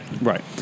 Right